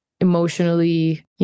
emotionally